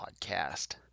podcast